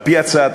על-פי הצעת